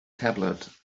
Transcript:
tablet